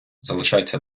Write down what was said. залишається